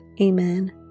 Amen